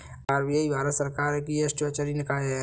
RBI Bharat सरकार की एक स्टेचुअरी निकाय है